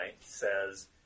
says